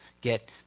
get